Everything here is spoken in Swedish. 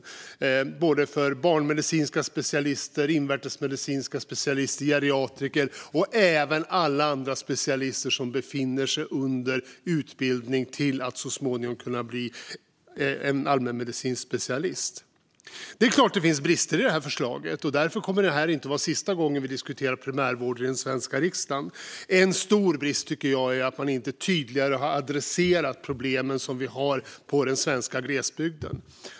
Det gäller för barnmedicinska specialister, invärtesmedicinska specialister, geriatriker och även alla andra specialister som befinner sig under utbildning till att så småningom kunna bli allmänmedicinsk specialist. Det är klart att det finns brister i förslaget. Därför kommer detta inte att vara sista gången vi diskuterar primärvård i svenska riksdagen. En stor brist är att man inte tydligare har adresserat problemen som finns på den svenska glesbygden.